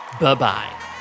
Bye-bye